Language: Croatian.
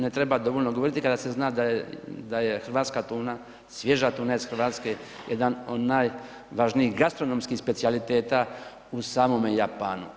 Ne treba dovoljno govoriti kada se zna da je hrvatska tuna, svježa tuna ih Hrvatske, jedan od najvažnijih gastronomskih specijaliteta u samome Japanu.